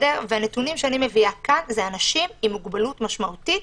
הנתונים שאני מביאה כאן נוגעים לאנשים עם מוגבלות משמעותית,